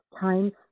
times